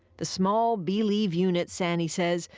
the small beleave unit, sanni said,